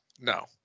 No